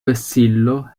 vessillo